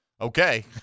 okay